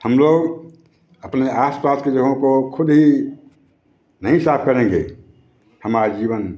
हम लोग अपने आस पास की जगहों को खुद ही नहीं साफ करेंगे हमारा जीवन